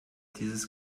dieses